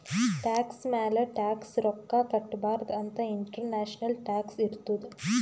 tax ಮ್ಯಾಲ tax ರೊಕ್ಕಾ ಕಟ್ಟಬಾರ್ದ ಅಂತ್ ಇಂಟರ್ನ್ಯಾಷನಲ್ ಟ್ಯಾಕ್ಸ್ ಇರ್ತುದ್